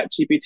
ChatGPT